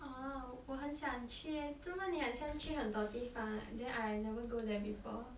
orh 我很想去 leh 怎么你很像去很多地方 then I never go there before